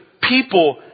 People